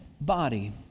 Body